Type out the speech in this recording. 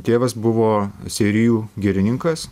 tėvas buvo seirijų girininkas